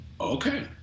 Okay